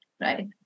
right